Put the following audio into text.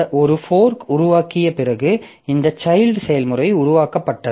ஒரு ஃபோர்க் உருவாக்கிய பிறகு இந்த சைல்ட் செயல்முறை உருவாக்கப்பட்டது